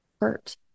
hurt